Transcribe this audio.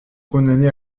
condamnés